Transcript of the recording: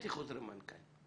הוצאתי חוזרי מנכ"ל.